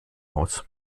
aus